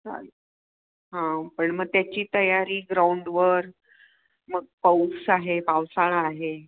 चालेल हां पण मग त्याची तयारी ग्राउंडवर मग पाऊस आहे पावसाळा आहे